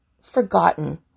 forgotten